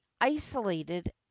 isolated